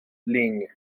lignes